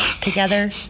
together